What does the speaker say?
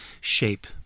shape